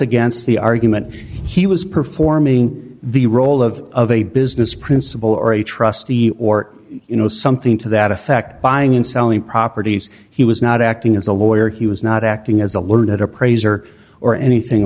against the argument he was performing the role of a business principle or a trustee or you know something to that effect buying and selling properties he was not acting as a lawyer he was not acting as a learned appraiser or anything